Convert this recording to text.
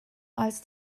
als